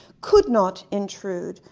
could not intrude,